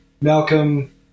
malcolm